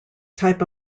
type